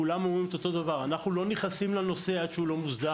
כולם אומרים את אותו הדבר: אנחנו לא נכנסים לנושא עד שהוא לא מוסדר.